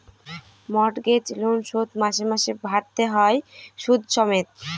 mortgage loan শোধ মাসে মাসে ভারতে হয় সুদ সমেত